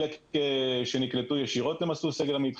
חלק נקלטו ישירות למסלול סגל עמית,